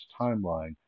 timeline